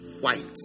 White